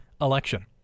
election